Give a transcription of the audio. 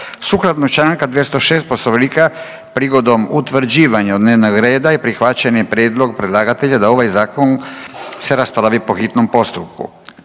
Sukladno čl. 206. Poslovnika prigodom utvrđivanja dnevnog reda i prihvaćen je prijedlog predlagatelja da ovaj zakon se raspravi po hitnom postupku.